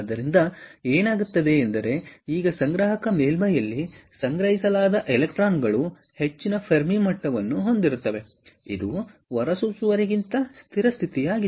ಆದ್ದರಿಂದ ಏನಾಗುತ್ತದೆ ಎಂದರೆ ಈಗ ಸಂಗ್ರಾಹಕ ಮೇಲ್ಮೈಯಲ್ಲಿ ಸಂಗ್ರಹಿಸಲಾದ ಎಲೆಕ್ಟ್ರಾನ್ಗಳು ಹೆಚ್ಚಿನ ಫೆರ್ಮಿ ಮಟ್ಟವನ್ನು ಹೊಂದಿರುತ್ತವೆ ಇದು ಹೊರಸೂಸುವರಿಗಿಂತ ಸ್ಥಿರ ಸ್ಥಿತಿಯಾಗಿದೆ